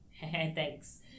Thanks